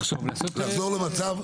לקחת את התקציבים שקיימים ולתגבר את העניין